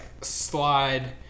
slide